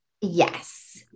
Yes